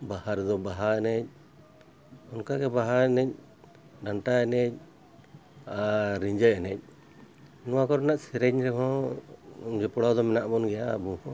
ᱵᱟᱦᱟ ᱨᱮᱫᱚ ᱵᱟᱦᱟ ᱮᱱᱮᱡ ᱚᱱᱠᱟ ᱜᱮ ᱵᱟᱦᱟ ᱮᱱᱮᱡ ᱰᱟᱱᱴᱟ ᱮᱱᱮᱡ ᱟᱨ ᱨᱤᱡᱷᱟᱹ ᱮᱱᱮᱡ ᱱᱚᱣᱟ ᱠᱚᱨᱮᱱᱟᱜ ᱥᱮᱨᱮᱧ ᱨᱮᱦᱚᱸ ᱡᱚᱯᱚᱲᱟᱣ ᱫᱚ ᱢᱮᱱᱟᱜ ᱵᱚᱱ ᱜᱮᱭᱟ ᱟᱵᱚ ᱦᱚᱸ